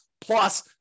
plus